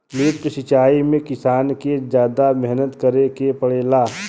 lift सिचाई में किसान के जादा मेहनत करे के पड़ेला